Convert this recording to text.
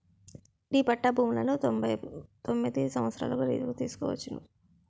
D patta భూములను తొంభై తొమ్మిది సంవత్సరాలకు లీజుకు తీసుకోవచ్చును